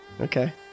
Okay